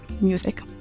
music